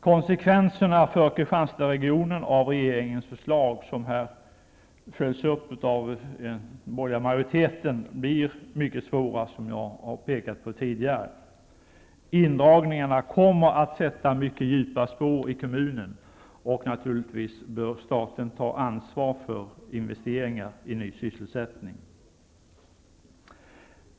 Konsekvenserna för Kristianstadregionen av regeringens förslag, som här följs upp av den borgerliga majoriteten, blir mycket svåra, vilket jag har pekat på tidigare. Indragningarna kommer att sätta mycket djupa spår i kommunen, och staten bör naturligtvis ta ansvar för investeringar i ny sysselsättning.